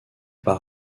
par